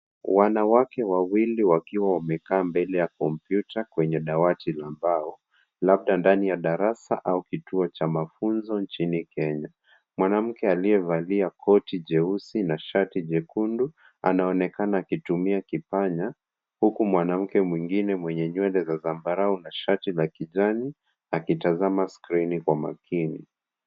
Wanawake wawili wakiwa wamekaa mbele ya kompyuta kwenye dawati la mbao labda ndani ya darasa au kituo cha mafunzo cha nchini Kenya. Mwanamke aliyevalia koti jeusi na na shati jekundu anaonekana akitumia kipanya huku mwanamke mwengine mwenye nywele za zambarau na shati la kijani akitazama skrini kwa makini.